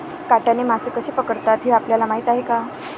काट्याने मासे कसे पकडतात हे आपल्याला माहीत आहे का?